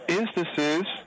instances